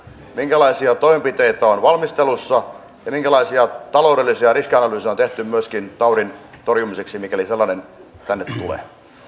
minkälaisia toimenpiteitä on valmistelussa ja minkälaisia taloudellisia riskianalyysejä on tehty myöskin taudin torjumiseksi mikäli sellainen tänne tulee